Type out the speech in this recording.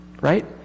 right